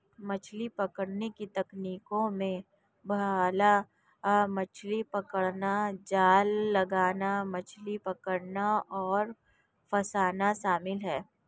मछली पकड़ने की तकनीकों में भाला मछली पकड़ना, जाल लगाना, मछली पकड़ना और फँसाना शामिल है